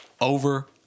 Over